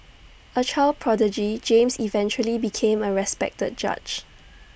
A child prodigy James eventually became A respected judge